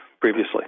previously